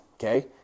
okay